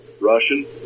Russian